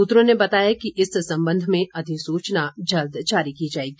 सूत्रों ने बताया कि इस सम्बंध में अधिसूचना जल्द जारी की जाएगी